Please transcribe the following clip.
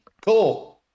cool